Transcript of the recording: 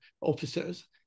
officers